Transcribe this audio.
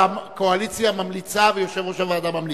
הקואליציה ממליצה ויושב-ראש הוועדה ממליץ.